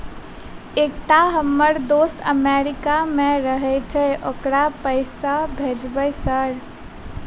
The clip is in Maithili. एकटा हम्मर दोस्त अमेरिका मे रहैय छै ओकरा पैसा भेजब सर?